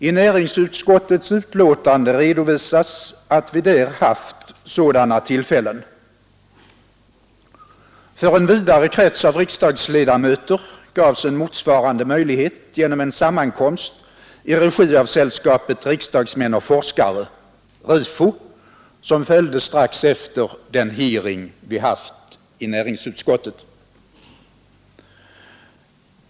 I näringsutskottets utlåtande redovisas, att vi där haft sådana tillfällen. För en vidare krets av riksdagsledamöter gavs en motsvarande möjlighet genom en sammankomst i regi av Sällskapet Riksdagsmän och forskare, RIFO, som följde strax efter den hearing vi haft i näringsutskottet.